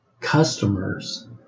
customers